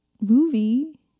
movie